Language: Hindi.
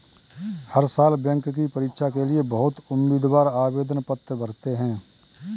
हर साल बैंक की परीक्षा के लिए बहुत उम्मीदवार आवेदन पत्र भरते हैं